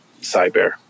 Cyber